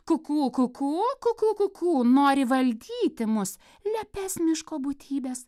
kukū kukū kukū kukū nori valdyti mus lepias miško būtybes